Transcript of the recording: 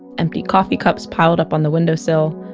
empty coffee cups piled up on the window sill.